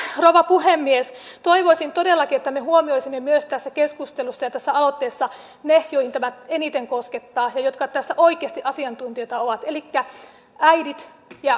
mutta arvoisa rouva puhemies toivoisin todellakin että me huomioisimme myös tässä keskustelussa ja tässä aloitteessa ne joita tämä eniten koskettaa ja jotka tässä oikeasti asiantuntijoita ovat elikkä äidit ja kätilöt